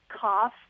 cough